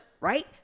right